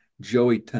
Joey